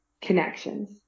connections